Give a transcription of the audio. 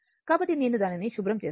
కాబట్టి నేను దానిని శుభ్రం చేస్తాను